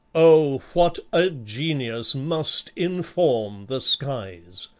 o, what a genius must inform the skies!